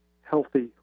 healthy